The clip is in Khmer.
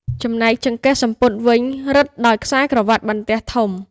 ចំណែកចង្កេះសំពត់វិញ រឹតដោយខ្សែក្រវាត់បន្ទះធំ។